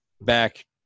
back